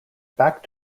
back